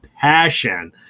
passion